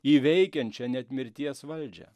įveikiančią net mirties valdžią